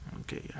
Okay